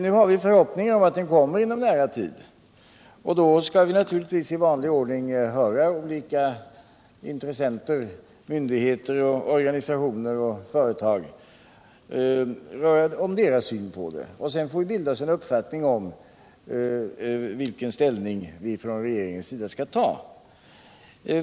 Nu har vi en förhoppning om att utredningen kommer inom en nära framtid, och då skall vi naturligtvis i vanlig ordning höra olika intressenter, myndigheter, organisationer och företag om deras syn på den, och sedan får vi bilda oss en uppfattning om vilken ställning vi från regeringens sida skall ta.